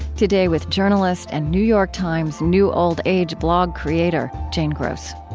today, with journalist and new york times new old age blog creator, jane gross